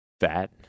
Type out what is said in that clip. fat